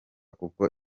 kuko